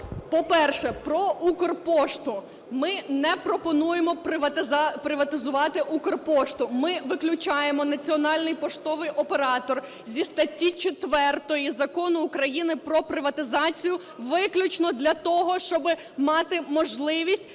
По-перше, про "Укрпошту". Ми не пропонуємо приватизувати "Укрпошту". Ми виключаємо національний поштовий оператор зі статті 4 Закону України про приватизацію виключно для того, щоб мати можливість